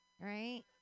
right